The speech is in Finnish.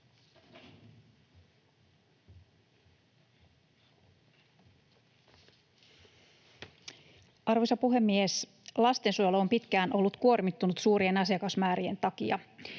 Arvoisa puhemies! Lastensuojelu on pitkään ollut kuormittunut suurien asiakasmäärien takia.